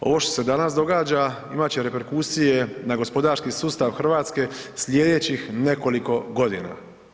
Ovo što se danas događa imat će reperkusije na gospodarski sustav RH slijedećih nekoliko godina.